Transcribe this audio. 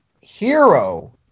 hero